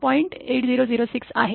८००६ आहे